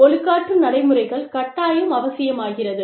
ஒழுக்காற்று நடைமுறைகள் கட்டாயம் அவசியமாகிறது